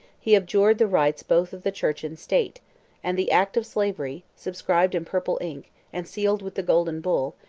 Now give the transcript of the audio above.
he abjured the rights both of the church and state and the act of slavery, subscribed in purple ink, and sealed with the golden bull,